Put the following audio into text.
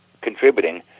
contributing